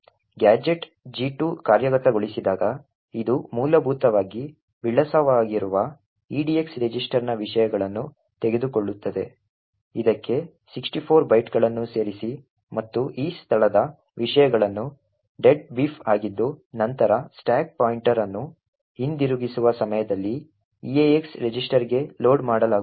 gadget G2 ಕಾರ್ಯಗತಗೊಳಿಸಿದಾಗ ಇದು ಮೂಲಭೂತವಾಗಿ ವಿಳಾಸವಾಗಿರುವ edx ರಿಜಿಸ್ಟರ್ನ ವಿಷಯಗಳನ್ನು ತೆಗೆದುಕೊಳ್ಳುತ್ತದೆ ಇದಕ್ಕೆ 64 ಬೈಟ್ಗಳನ್ನು ಸೇರಿಸಿ ಮತ್ತು ಈ ಸ್ಥಳದ ವಿಷಯಗಳನ್ನು "deadbeef" ಆಗಿದ್ದು ನಂತರ ಸ್ಟಾಕ್ ಪಾಯಿಂಟರ್ ಅನ್ನು ಹಿಂದಿರುಗಿಸುವ ಸಮಯದಲ್ಲಿ eax ರಿಜಿಸ್ಟರ್ಗೆ ಲೋಡ್ ಮಾಡಲಾಗುತ್ತದೆ